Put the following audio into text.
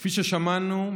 כפי ששמענו,